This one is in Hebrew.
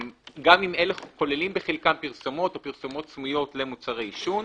גם אם אלה כוללים בחלקם פרסומות או פרסומות סמויות למוצרי עישון,